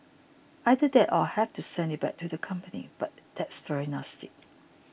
either that or have to send it back to the company but that's very nasty